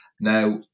Now